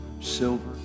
silver